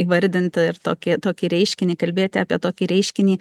įvardint ir tokį tokį reiškinį kalbėti apie tokį reiškinį